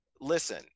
listen